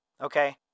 Okay